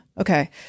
Okay